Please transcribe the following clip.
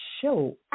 show